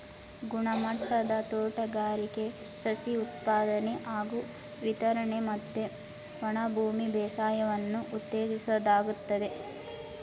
ಇದು ಗುಣಮಟ್ಟದ ತೋಟಗಾರಿಕೆ ಸಸಿ ಉತ್ಪಾದನೆ ಹಾಗೂ ವಿತರಣೆ ಮತ್ತೆ ಒಣಭೂಮಿ ಬೇಸಾಯವನ್ನು ಉತ್ತೇಜಿಸೋದಾಗಯ್ತೆ